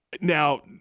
now